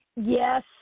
Yes